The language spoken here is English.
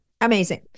Amazing